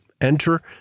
enter